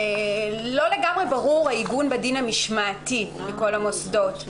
לא לגמרי ברור העיגון בדין המשמעתי בכל המוסדות.